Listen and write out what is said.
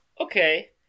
Okay